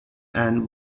and